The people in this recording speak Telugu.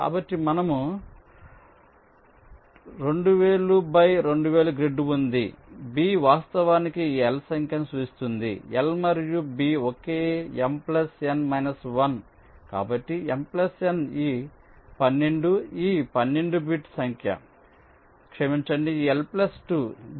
కాబట్టి మనకు 2000 బై 2000 గ్రిడ్ ఉంది B వాస్తవానికి ఈ L సంఖ్యను సూచిస్తుంది L మరియు B ఒకే M N 1 కాబట్టి M N ఈ 12 ఈ 12 బిట్ సంఖ్య ఈ క్షమించండి ఈ L 2